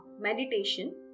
Meditation